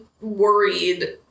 worried